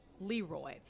Leroy